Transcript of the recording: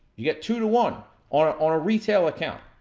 you get two two one, on on a retail account.